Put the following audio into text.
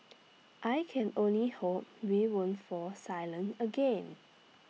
I can only hope we won't fall silent again